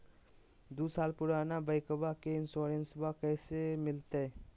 दू साल पुराना बाइकबा के इंसोरेंसबा कैसे मिलते?